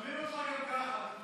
שומעים אותך גם ככה.